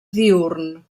diürn